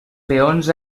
peons